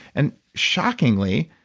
and, shockingly,